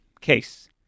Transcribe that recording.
case